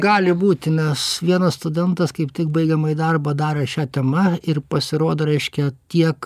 gali būti nes vienas studentas kaip tik baigiamąjį darbą darė šia tema ir pasirodo reiškia tiek